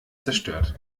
zerstört